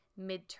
midterm